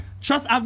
Trust